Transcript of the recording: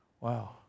Wow